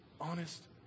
honest